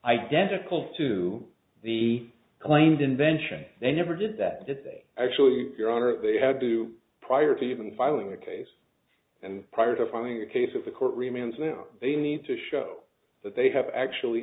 identical to the claimed invention they never did that that actually your honor they had to prior to even filing a case and prior to filing a case if the court remains now they need to show that they have actually